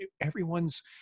everyone's